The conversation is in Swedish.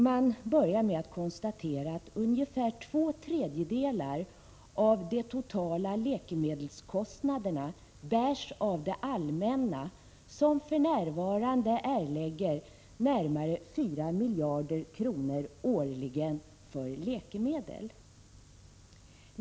Man börjar med att konstatera att ungefär två tredjedelar av de totala läkemedelskostnaderna bärs av det allmänna, som för närvarande erlägger närmare 4 miljarder kronor årligen för läkemedel.